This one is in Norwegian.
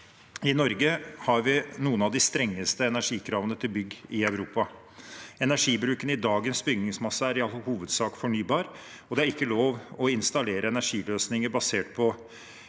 I Norge har vi noen av de strengeste energikravene til bygg i Europa. Energibruken i dagens bygningsmasse er i all hovedsak fornybar, og det er ikke lov å installere energiløsninger basert på